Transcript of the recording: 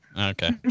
Okay